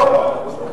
לא,